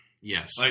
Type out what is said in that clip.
Yes